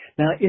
Now